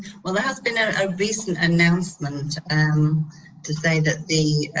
well there has been and a recent announcement to say that the